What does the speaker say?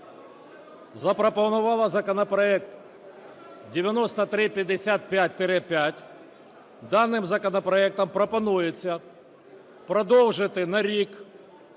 запропонувала законопроект 9355-5. Даним законопроектом пропонується продовжити на рік,